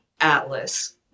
Atlas